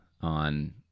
on